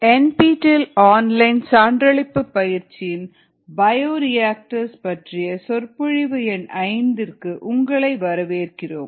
என் P TEL online சான்றளிப்பு பயிற்சியின் bioreactors பற்றிய சொற்பொழிவு எண் 5 க்கு உங்களை வரவேற்கிறோம்